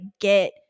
get